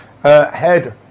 head